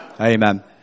Amen